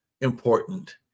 important